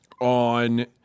on